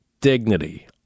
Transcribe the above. dignity